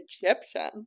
egyptian